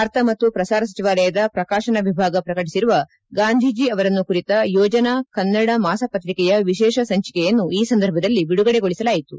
ವಾರ್ತಾ ಮತ್ತು ಪ್ರಸಾರ ಸಚಿವಾಲಯದ ಪ್ರಕಾಶನ ವಿಭಾಗ ಪ್ರಕಟಿಸಿರುವ ಗಾಂಧೀಜಿ ಅವರನ್ನು ಕುರಿತ ಯೋಜನಾ ಕನ್ನಡ ಮಾಸ ಪತ್ರಿಕೆಯ ವಿಶೇಷ ಸಂಚಿಕೆಯನ್ನು ಈ ಸಂದರ್ಭದಲ್ಲಿ ಬಿಡುಗಡೆಗೊಳಿಸಲಾಯಿತು